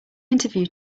interview